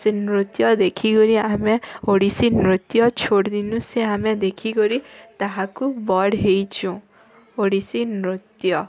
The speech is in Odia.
ସେ ନୃତ୍ୟ ଦେଖିକରି ଆମେ ଓଡ଼ଶୀ ନୃତ୍ୟ ଛୋଟ୍ ଦିନୁସେ ଆମେ ଦେଖିକରି ତାହାକୁ ବଡ଼ ହେଇଛୁ ଓଡ଼ିଶୀ ନୃତ୍ୟ